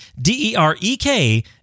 D-E-R-E-K